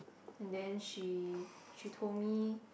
and then she she told me